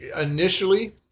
Initially